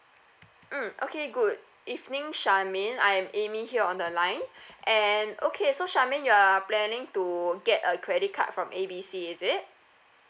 mm okay good evening charmaine I am amy here on the line and okay so charmaine you are planning to get a credit card from A B C is it